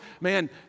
man